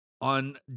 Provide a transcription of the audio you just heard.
on